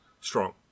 strong